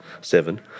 seven